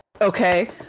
Okay